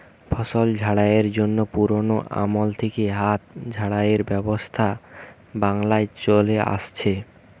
ফসল ঝাড়াইয়ের জন্যে পুরোনো আমল থিকে হাত ঝাড়াইয়ের ব্যবস্থা বাংলায় চলে আসছে